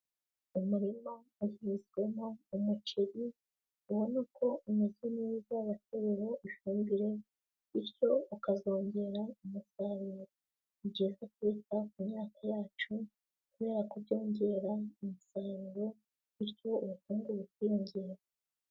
Umurima uhinzwemo umuceri, ubona uko umeze neza watejwe ifumbire bityo ukazongera umusaruro, ni byiza kwita ku myaka yacu kubera ko byongera umusaruro bityo ubukungu bukiyongera.